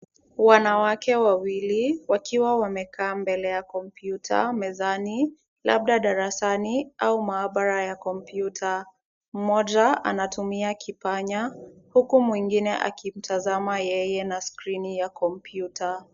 Wanawake wawili wakiwa wamekaa mbele ya kompyuta mezani labda darasani au maabara ya kompyuta. Mmoja anatumia kipanya huku mwingine akimtazama yeye na skrini ya kompyuta.